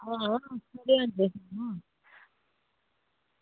आं